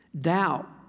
doubt